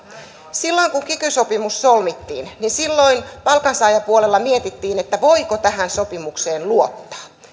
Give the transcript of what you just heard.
silloin kun kiky sopimus solmittiin palkansaajapuolella mietittiin voiko tähän sopimukseen luottaa